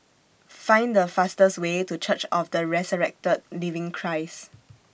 Find The fastest Way to Church of The Resurrected Living Christ